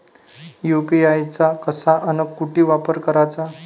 UPI चा कसा अन कुटी वापर कराचा?